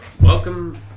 welcome